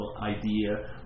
idea